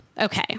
Okay